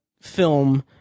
film